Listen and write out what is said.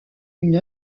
une